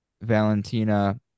Valentina